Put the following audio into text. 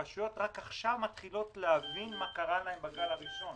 הרשויות רק עכשיו מתחילות להבין מה קרה להן בגל הראשון.